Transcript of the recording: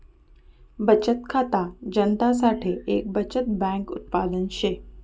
बचत खाता जनता साठे एक बचत बैंक उत्पादन शे